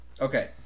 Okay